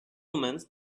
omens